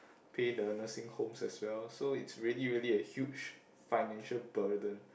pay the nursing homes as well so it's really really a huge financial burden